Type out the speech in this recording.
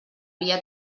via